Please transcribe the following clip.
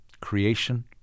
creation